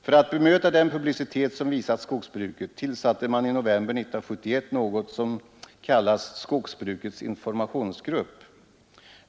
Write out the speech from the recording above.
För att bemöta den publicitet som visats skogsbruket tillsatte man i november 1971 något som kallas Skogsbrukets informationsgrupp.